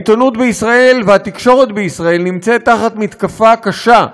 העיתונות בישראל והתקשורת בישראל נמצאות תחת מתקפה קשה.